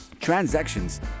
transactions